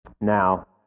Now